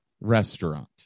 restaurant